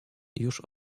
już